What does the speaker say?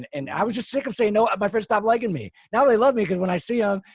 and and i was just sick of saying, no, my friends stopped liking me. now they love me because when i see em,